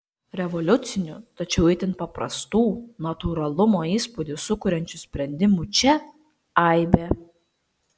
revoliucinių tačiau itin paprastų natūralumo įspūdį sukuriančių sprendimų čia aibė